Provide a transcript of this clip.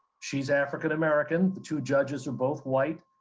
she's african american. the two judges are both white